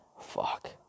Fuck